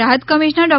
રાહત કમિશનર ડો